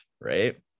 right